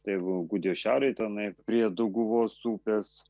tai gudijos šiaurėje tenai prie dauguvos upės